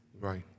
Right